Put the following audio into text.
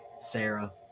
Sarah